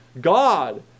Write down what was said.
God